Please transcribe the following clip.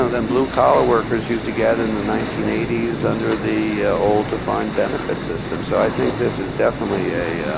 ah them blue collar workers use to gather in the nineteen eighty s under the old defined benefits system. so i think this is definitely a